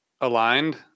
aligned